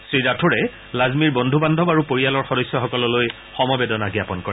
শ্ৰীৰাথোড়ে লাজমীৰ বন্ধু বান্ধৱ আৰু পৰিয়ালৰ সদস্যসকললৈ সমবেদনা জ্ঞাপন কৰে